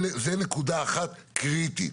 זו נקודה אחת שהיא קריטית.